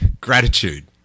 Gratitude